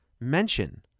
mention